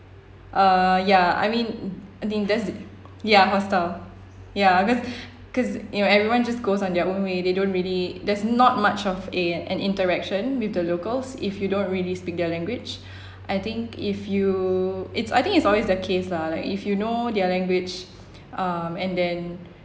uh ya I mean I think that's ya hostile ya cause cause you know everyone just goes on their own way they don't really there's not much of a an interaction with the locals if you don't really speak their language I think if you it's I think it's always the case lah like if you know their language um and then